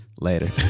Later